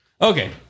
Okay